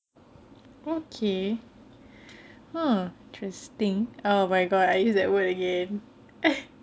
okay !huh! interesting oh my god I use that word again